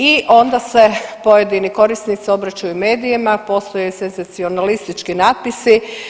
I onda se pojedini korisnici obraćaju medijima, postoje senzacionalistički natpisi.